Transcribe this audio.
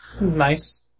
Nice